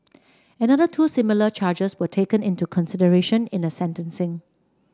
another two similar charges were taken into consideration in the sentencing